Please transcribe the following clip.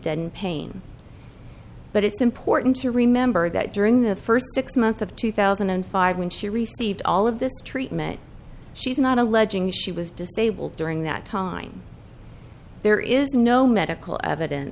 deaden pain but it's important to remember that during the first six months of two thousand and five when she received all of this treatment she's not alleging she was disabled during that time there is no medical evidence